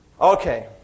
Okay